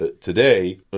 today